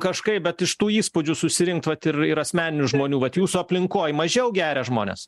kažkaip bet iš tų įspūdžių susirinkt vat ir ir asmeninių žmonių vat jūsų aplinkoj mažiau geria žmonės